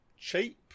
cheap